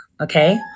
okay